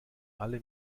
alle